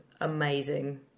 amazing